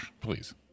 Please